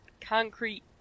concrete